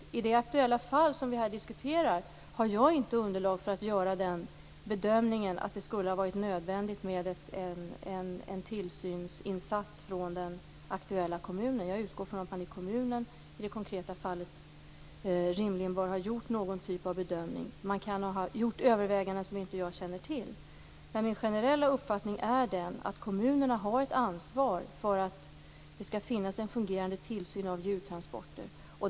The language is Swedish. Vad gäller det aktuella fall som vi här diskuterar har jag inte underlag för att göra bedömningen att det skulle ha varit nödvändigt med en tillsynsinsats från den aktuella kommunen. Jag utgår från att man i kommunen i det konkreta fallet har gjort någon typ av bedömning. Man kan ha gjort överväganden som jag inte känner till. Min generella uppfattning är den att kommunerna har ett ansvar för att det skall finnas en fungerande tillsyn av djurtransporter.